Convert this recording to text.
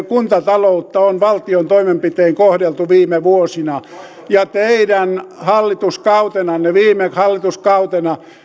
kuntataloutta on valtion toimenpitein kohdeltu viime vuosina ja teidän hallituskautenanne viime hallituskautena